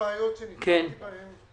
הבעיות שנתקלתי בהן,